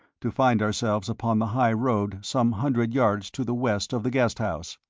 to find ourselves upon the high road some hundred yards to the west of the guest house.